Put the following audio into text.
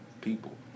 people